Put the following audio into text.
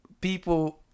people